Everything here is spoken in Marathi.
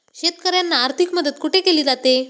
शेतकऱ्यांना आर्थिक मदत कुठे केली जाते?